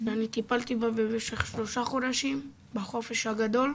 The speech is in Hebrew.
ואני טיפלתי בה במשך שלושה חודשים, בחופש הגדול,